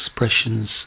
expressions